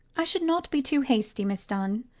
i should not be too hasty, miss dunn.